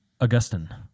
Augustine